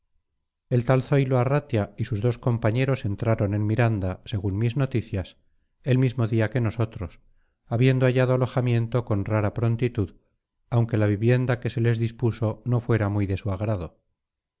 el tal zoilo arratia y sus dos compañeros entraron en miranda según mis noticias el mismo día que nosotros habiendo hallado alojamiento con rara prontitud aunque la vivienda que se les dispuso no fuera muy de su agrado